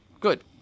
good